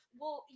Well